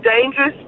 dangerous